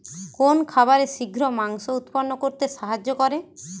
কোন খাবারে শিঘ্র মাংস উৎপন্ন করতে সাহায্য করে?